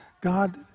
God